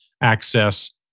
access